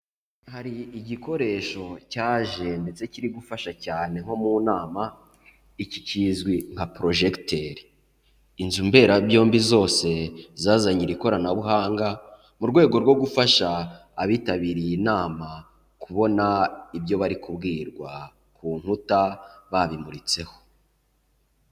Hari igikoresho cyaje ndetse kiri gufasha cyane nko mu nama, iki kizwi nka projecteur inzu mberabyombi zose zazanye iri koranabuhanga, mu rwego rwo gufasha abitabiriye inama kubona ibyo bari kubwirwa ku nkuta babimuritseho.